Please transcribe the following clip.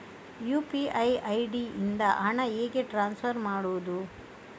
UPI ID ಇಂದ ಹಣ ಹೇಗೆ ಟ್ರಾನ್ಸ್ಫರ್ ಮಾಡುದು?